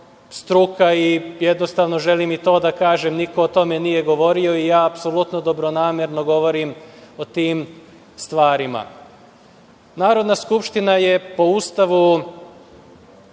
i jednostavno želim i to da kažem niko o tome nije govorio i ja apsolutno dobronamerno govorim o tim stvarima. Narodna skupština je po Ustavu